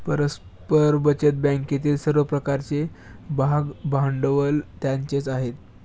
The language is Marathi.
परस्पर बचत बँकेतील सर्व प्रकारचे भागभांडवल त्यांचेच आहे